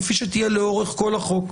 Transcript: כפי שתהיה לאורך כל החוק.